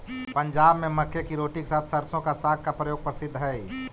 पंजाब में मक्के की रोटी के साथ सरसों का साग का प्रयोग प्रसिद्ध हई